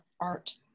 art